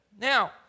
Now